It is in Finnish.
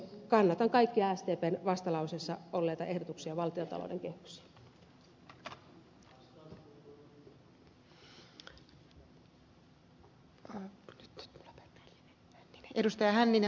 kannatan kaikkia sdpn vastalauseessa olleita ehdotuksia valtiontalouden kehyksiin